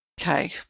Okay